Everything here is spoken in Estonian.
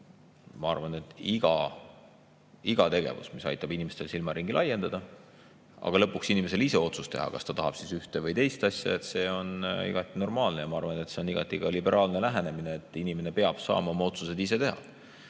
ma arvan, et iga tegevus, mis aitab inimestel silmaringi laiendada ja lõpuks ise otsuse teha, kas ta tahab ühte või teist asja, on igati normaalne. Ja ma arvan, et see on ka igati liberaalne lähenemine, et inimene peab saama ise oma otsused teha.